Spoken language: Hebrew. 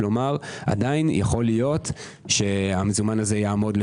כלומר עדיין יכול להיות שהמזומן הזה יעמוד לשומה.